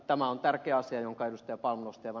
tämä on tärkeä asia jonka ed